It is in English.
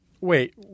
Wait